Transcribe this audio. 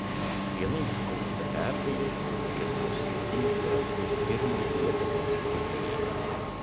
viena iškovota pergalė lietuvos rinktinei garantuotų pirmąją vietą j grupėje